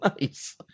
nice